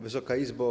Wysoka Izbo!